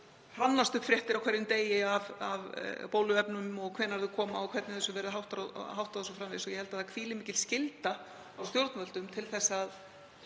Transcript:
hrannast upp fréttir á hverjum degi af bóluefnum og hvenær þau komi og hvernig þessu verði háttað o.s.frv. Ég held að það hvíli mikil skylda á stjórnvöldum að